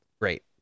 Great